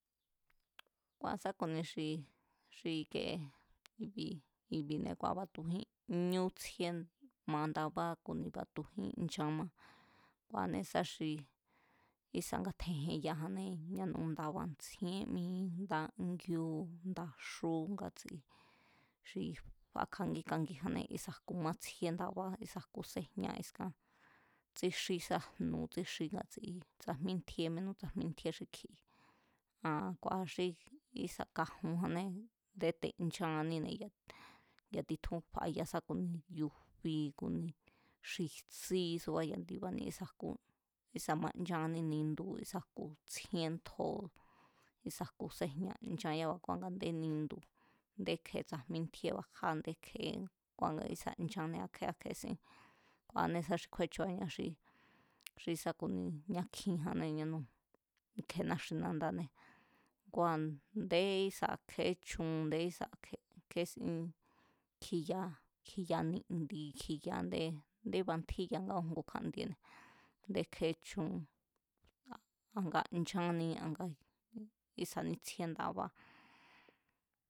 Kua̱ sá ku̱ni xi xi ikee i̱bi̱, i̱bi̱ne̱ kua̱ batujín ñú tsjíé ma ndabá ku̱ ni̱ batujín nchan má, ku̱a̱anée̱ sá xi ísa̱ nga̱tje̱njeyajannée̱ yanú nda̱ba̱ ntsjíen mí, ndágíú, ndaxú ngatsi xi fakjangí kangijannée̱ ísa̱ jku mátsjíé ndaba kísa̱ jkuséjña askan tsíxí sá jnu̱ tsíxí ngatsi tsajmí ntjíé mínú tsajmí ntjíe xi kji. aa̱n kua̱a xi ísa̱ kajunjánne a̱ndé te̱ ncháaníne̱ ya̱ titjún faya sá ku̱ni yufi xi jtsí suba ya̱ ndibaní ísa̱ jkú, ísa̱ mancháanní nindu ísa̱ jku tsjíén ntjo̱ ísa̱ jku séjña nchan yába̱ kua̱ nga a̱ndé nindu a̱ndé kjee tsájmí ntjíébajáa̱ndé kjee kua̱ nga kísa̱ nchannée̱, a̱ kje̱e a̱ kje̱esín, ku̱a̱anée̱ sá xi kjúéchu̱áñá xí, xi sá ku̱ni ñá kjinjanée̱ ñanu kje̱e naxi̱nandanée̱ kua̱ ndé ísa̱ kjeéchun a̱ndé ísa̱ kjeésin kjíya, kjiya ni̱ndi̱ kjiya a̱ndé, a̱ndé bantjíya nga újngu kjándiene̱, a̱ndé kje̱échu a nga nchaní a ísa̱ní tsjíé ndabá